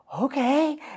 Okay